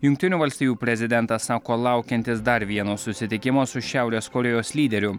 jungtinių valstijų prezidentas sako laukiantis dar vieno susitikimo su šiaurės korėjos lyderiu